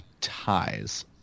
ties